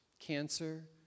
cancer